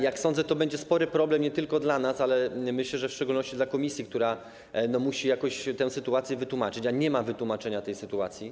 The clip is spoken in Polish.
Jak sądzę, to będzie spory problem, nie tylko dla nas, ale myślę, że szczególnie dla Komisji, która musi jakoś tę sytuację wytłumaczyć, a nie ma wytłumaczenia tej sytuacji.